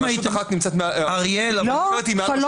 אריאל, תבין מה קורה.